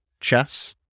chefs